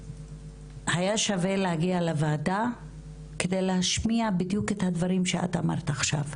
היה שווה להגיע לוועדה כדי להשמיע בדיוק את הדברים שאת אמרת עכשיו,